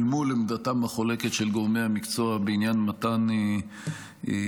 אל מול עמדתם החולקת של גורמי המקצוע בעניין מתן חנינות